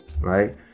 right